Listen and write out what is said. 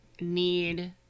need